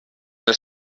els